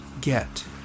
get